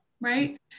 right